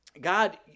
God